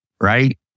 right